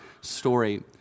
story